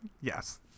Yes